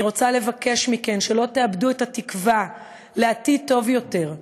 אני רוצה לבקש מכן שלא תאבדו את התקווה לעתיד טוב יותר,